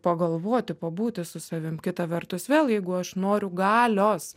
pagalvoti pabūti su savim kita vertus vėl jeigu aš noriu ga lios